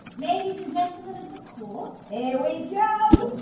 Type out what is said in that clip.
ladies and gentlemen of the court! here we yeah